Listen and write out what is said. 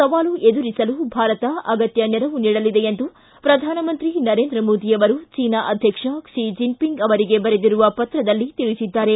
ಸವಾಲು ಎದುರಿಸಲು ಭಾರತ ಅಗತ್ತ ನೆರವು ನೀಡಲಿದೆ ಎಂದು ಪ್ರಧಾನಮಂತ್ರಿ ನರೇಂದ್ರ ಮೋದಿ ಅವರು ಚೀನಾ ಅಧ್ಯಕ್ಷ ಕ್ಷಿ ಜಿನ್ಪಿಂಗ್ ಅವರಿಗೆ ಬರೆದಿರುವ ಪತ್ರದಲ್ಲಿ ತಿಳಿಸಿದ್ದಾರೆ